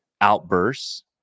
outbursts